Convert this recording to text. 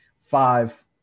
five